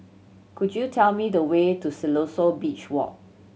could you tell me the way to Siloso Beach Walk